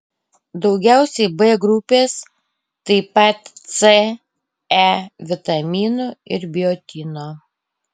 daugiausiai b grupės taip pat c e vitaminų ir biotino